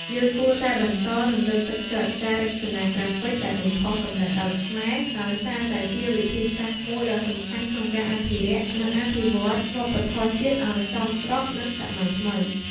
យើងគួរតែបន្ត និងលើកទឹកចិត្តការរចនាក្រាហ្វិកដែលបំផុសគំនិតដោយខ្មែរ ដោយសារតែវាជាវិធីសាស្រ្តមួយដ៏សំខាន់ក្នុងការអភិរក្ស និងអភិវឌ្ឍវប្បធម៌ជាតិឲ្យសមស្របនឹងសម័យថ្មី។